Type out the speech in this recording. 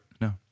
No